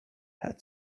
had